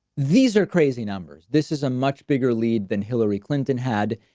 these are crazy numbers. this is a much bigger lead than hillary clinton had.